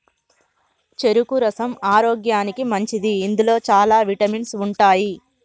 చెరుకు రసం ఆరోగ్యానికి మంచిది ఇందులో చాల విటమిన్స్ ఉంటాయి